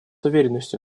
уверенностью